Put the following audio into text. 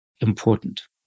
important